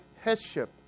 headship